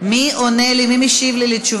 מי עונה לי אם מצביעים,